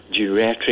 geriatric